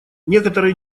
некоторые